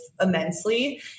immensely